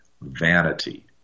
vanity